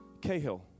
Cahill